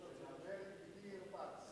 ונמר עם גדי ירבץ.